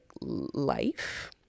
life